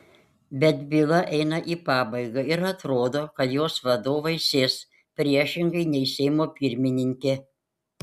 bet byla eina į pabaigą ir atrodo kad jos vadovai sės priešingai nei seimo pirmininkė